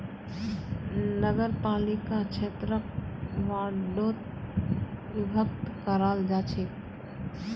नगरपालिका क्षेत्रक वार्डोत विभक्त कराल जा छेक